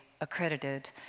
accredited